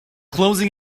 closing